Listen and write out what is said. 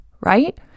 right